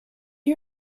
you